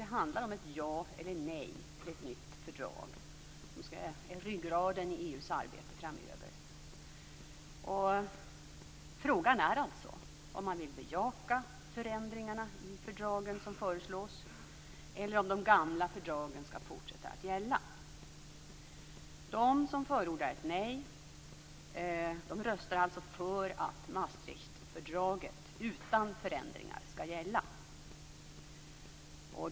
Det handlar om att säga ja eller nej till ett nytt fördrag, som blir ryggraden i EU:s arbete framöver. Frågan är alltså om man vill bejaka förändringarna i fördragen som föreslås eller om de gamla fördragen skall fortsätta att gälla. De som förordar ett nej röstar alltså för att Maastrichtfördraget skall gälla - utan förändringar.